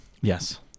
yes